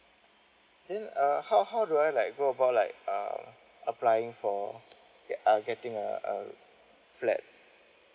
then uh how how do I like go about like uh applying for uh getting a a flat